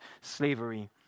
slavery